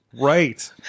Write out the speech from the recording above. Right